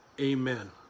Amen